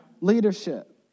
Leadership